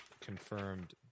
confirmed